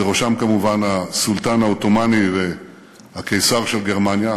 בראשם כמובן הסולטן העות'מאני והקיסר של גרמניה,